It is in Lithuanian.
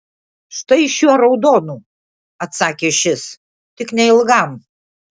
štai šiuo raudonu atsakė šis tik neilgam